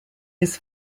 his